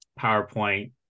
PowerPoint